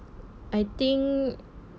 I think